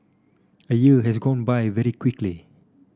a year has gone by very quickly